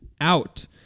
out